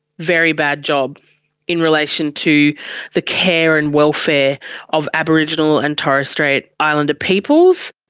very bad job in relation to the care and welfare of aboriginal and torres strait islander peoples.